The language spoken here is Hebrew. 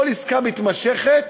כל עסקה מתמשכת,